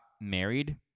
married